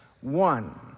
One